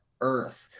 Earth